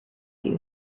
you